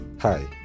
Hi